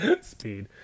speed